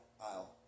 aisle